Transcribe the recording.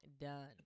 Done